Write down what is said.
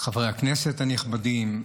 חברי הכנסת הנכבדים,